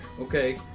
Okay